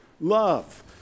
Love